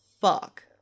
fuck